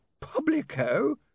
publico